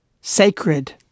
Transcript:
sacred